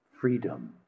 Freedom